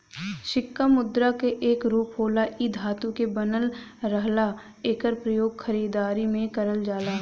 सिक्का मुद्रा क एक रूप होला इ धातु क बनल रहला एकर प्रयोग खरीदारी में करल जाला